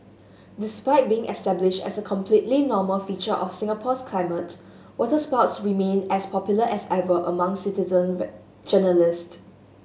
despite being established as a completely normal feature of Singapore's climate waterspouts remain as popular as ever among citizen journalists